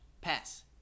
pass